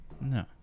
No